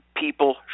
people